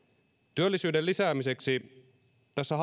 työllisyyden lisäämiseksi tässä